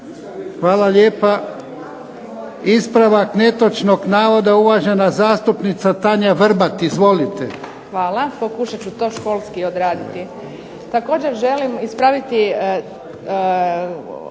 Hvala lijepa. Ispravak netočnog navoda uvažena zastupnica Tanja Vrbat izvolite. **Vrbat Grgić, Tanja (SDP)** Hvala pokušat ću to školski odraditi. Također želim ispraviti